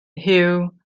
huw